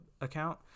account